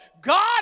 God